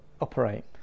operate